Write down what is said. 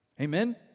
Amen